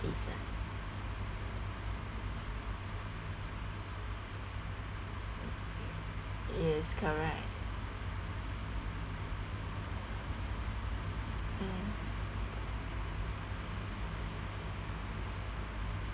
opportunities ah yes correct